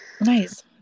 Nice